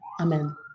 amen